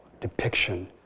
depiction